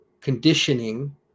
conditioning